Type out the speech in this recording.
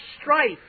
strife